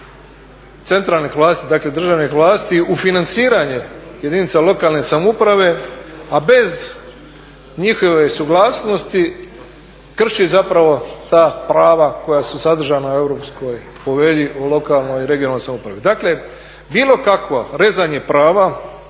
centralnih vlasti, dakle državnih vlasti u financiranje jedinica lokalne samouprave a bez njihove suglasnosti krši zapravo ta prava koja su sadržana u Europskoj povelji o lokalnoj i regionalnoj samoupravi. Dakle, bilo kakvo rezanje prava